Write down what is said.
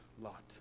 Lot